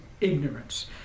ignorance